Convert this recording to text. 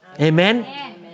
Amen